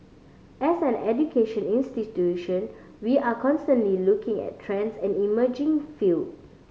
as an education institution we are constantly looking at trends and emerging field